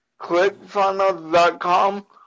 ClickFunnels.com